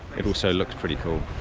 it also looks pretty cool